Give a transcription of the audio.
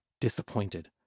Disappointed